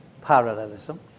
parallelism